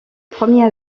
premier